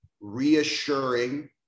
reassuring